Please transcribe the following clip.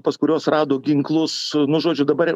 pas kuriuos rado ginklus nu žodžiu dabar